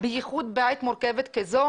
בייחוד בעת מורכבת כזו